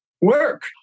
work